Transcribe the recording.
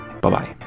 Bye-bye